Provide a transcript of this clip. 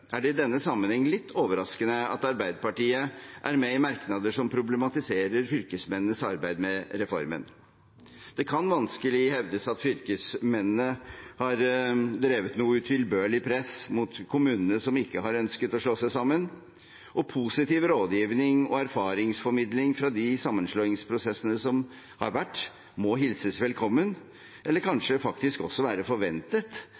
er det i denne sammenheng litt overraskende at Arbeiderpartiet er med i merknader som problematiserer fylkesmennenes arbeid med reformen. Det kan vanskelig hevdes at fylkesmennene har drevet med noe utilbørlig press mot kommunene som ikke har ønsket å slå seg sammen. Positiv rådgiving og erfaringsformidling fra de sammenslåingsprosessene som har vært, må hilses velkommen, eller kanskje også være forventet